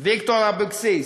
ויקטור אבקסיס,